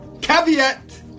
Caveat